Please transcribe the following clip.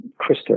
Krista